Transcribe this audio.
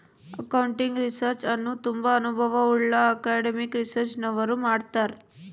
accounting research ಅನ್ನು ತುಂಬಾ ಅನುಭವವುಳ್ಳ ಅಕಾಡೆಮಿಕ್ ರಿಸರ್ಚ್ನವರು ಮಾಡ್ತರ್